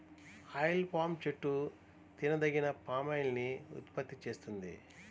oil palm చెట్టు తినదగిన palm oil ని ఉత్పత్తి చేస్తుంది